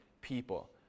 people